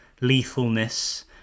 lethalness